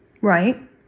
Right